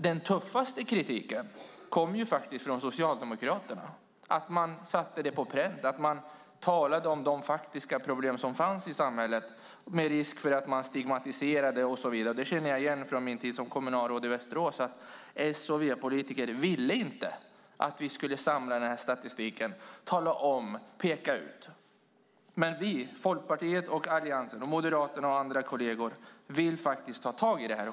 Den tuffaste kritiken kom faktiskt från Socialdemokraterna om att man satte det på pränt och att man talade om de faktiska problem som fanns i samhället med risk för att man stigmatiserade och så vidare. Det känner jag igen från min tid som kommunalråd i Västerås. S och V-politiker ville inte att vi skulle samla denna statistik och tala om detta och peka ut. Men vi från Folkpartiet och övriga i Alliansen vill faktiskt ta tag i detta.